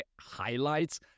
highlights